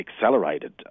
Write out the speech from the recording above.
accelerated